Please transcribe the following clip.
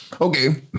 okay